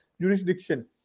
jurisdiction